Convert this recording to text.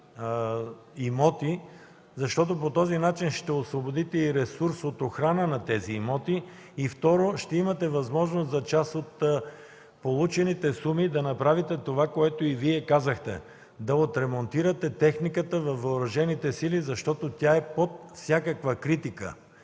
имоти, защото по този начин ще освободите ресурс от охрана на тези имоти, и, второ, ще имате възможност за част от получените суми да направите това, което и Вие казахте – да отремонтирате техниката във въоръжените сили, защото тя е под всякаква критика.